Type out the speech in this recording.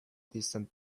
distant